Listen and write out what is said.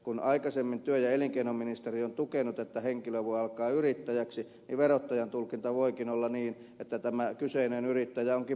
kun aikaisemmin työ ja elinkeinoministeriö on antanut tukea että henkilö voi alkaa yrittäjäksi niin verottajan tulkinta voikin olla niin että tämä kyseinen yrittäjä onkin palkansaaja